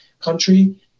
country